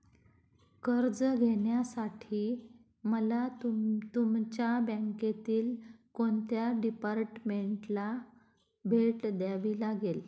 कर्ज घेण्यासाठी मला तुमच्या बँकेतील कोणत्या डिपार्टमेंटला भेट द्यावी लागेल?